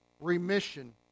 remission